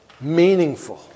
meaningful